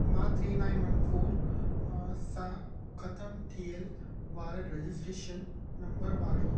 मां three nine one four सां ख़तमु थियल वारे रजिस्ट्रेशन नंबर वारी